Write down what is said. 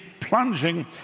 plunging